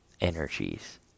energies